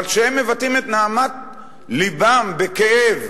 אבל כשהם מבטאים את נהמת לבם, בכאב,